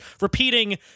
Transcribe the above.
repeating